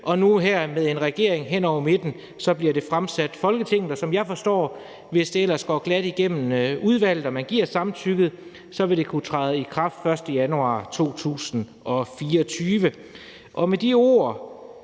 det så her med en regering hen over midten fremsat i Folketinget. Og som jeg forstår det, vil det, hvis det ellers går glat igennem udvalget og man giver samtykket, kunne træde i kraft den 1. januar 2024.